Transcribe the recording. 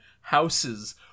houses